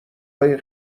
های